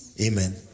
Amen